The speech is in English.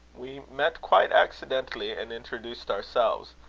we met quite accidentally, and introduced ourselves.